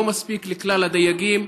לא מספיק לכלל הדייגים.